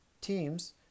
Teams